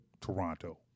Toronto